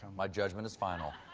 my judgment is final.